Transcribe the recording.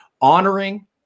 honoring